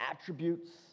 attributes